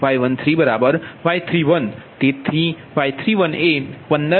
Y13Y31 તેથીY31 એ 15